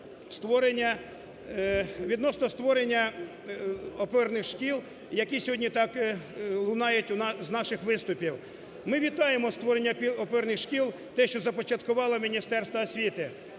відносно створення опорних шкіл, які сьогодні так лунають з наших виступів. Ми вітаємо створення опорних шкіл, те, що започаткувало Міністерство освіти.